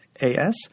A-S